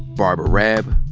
barbara raab,